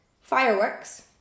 fireworks